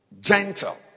Gentle